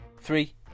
three